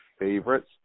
favorites